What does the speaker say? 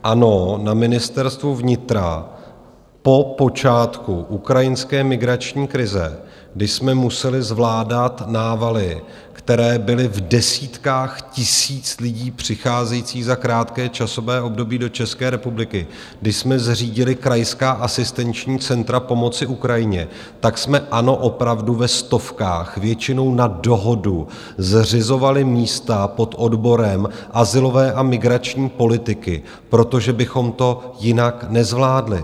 Ano, na Ministerstvu vnitra po počátku ukrajinské migrační krize, kdy jsme museli zvládat návaly, které byly v desítkách tisíc lidí přicházejících za krátké časové období do České republiky, když jsme zřídili Krajská asistenční centra pomoci Ukrajině, tak jsme, ano, opravdu ve stovkách, většinou na dohodu, zřizovali místa pod odborem azylové a migrační politiky, protože bychom to jinak nezvládli.